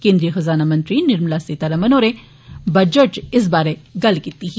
केन्द्रीय खजाना मंत्री निर्मला सीतारमण होरें बजट च इस बारे गल्ल कीती ही